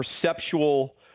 perceptual